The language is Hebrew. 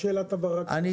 זאת